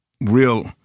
real